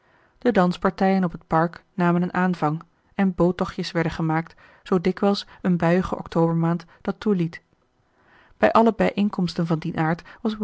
de danspartijen op het park namen een aanvang en boottochtjes werden gemaakt zoo dikwijls een buiige octobermaand dat toeliet bij alle bijeenkomsten van dien aard